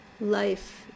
life